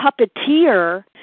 puppeteer